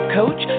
coach